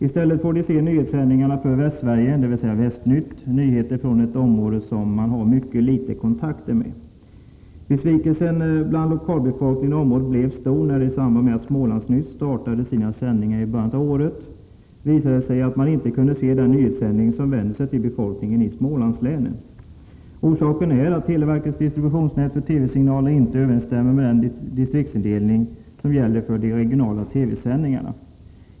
I stället får de se nyhetssändningarna för Västsverige, dvs. Västnytt. De får då nyheter från ett område som de har mycket litet kontakter med. Besvikelsen blev stor bland befolkningen i området när det i samband med att Smålandsnytt startade sina sändningar i början av året visade sig att man inte kunde ta in den nyhetssändning som vänder sig till befolkningen i Smålandslänen. Orsaken till detta förhållande är att televerkets distributionsnät för TV-signaler inte överensstämmer med den distriktsindelning som gäller för de regionala TV-sändningarna.